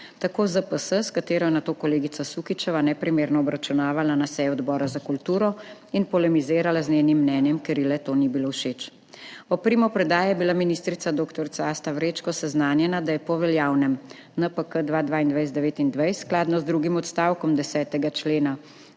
Tako ZPS, s katero je nato kolegica Sukičeva neprimerno obračunavala na seji Odbora za kulturo in polemizirala z njenim mnenjem, ker ji le-to ni bilo všeč. Ob primopredaji je bila ministrica dr. Asta Vrečko seznanjena, da je po veljavnem NPK 2022–2029 skladno z drugim odstavkom 10. člena